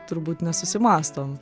turbūt nesusimąstom